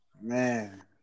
man